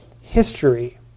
history